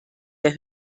der